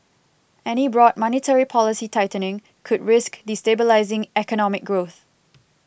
any broad monetary policy tightening could risk destabilising economic growth